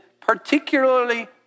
particularly